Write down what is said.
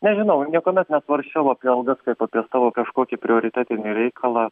nežinau niekuomet nesvarsčiau apie algas kaip apie savo kažkokį prioritetinį reikalą